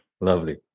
Lovely